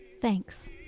Thanks